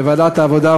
לוועדת העבודה,